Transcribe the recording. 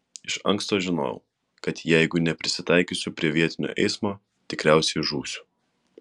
iš anksto žinojau kad jeigu neprisitaikysiu prie vietinio eismo tikriausiai žūsiu